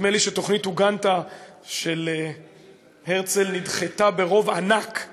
נדמה לי שתוכנית אוגנדה של הרצל נדחתה ברוב ענק,